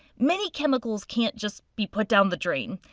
many chemicals can't just be put down the drain.